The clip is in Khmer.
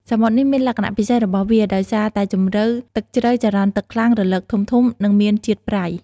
សមុទ្រនេះមានលក្ខណៈពិសេសរបស់វា ដោយសារតែជម្រៅទឹកជ្រៅ ចរន្តទឹកខ្លាំង រលកធំៗ និងមានជាតិប្រៃ។